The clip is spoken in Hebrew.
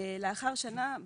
לאחר שנה,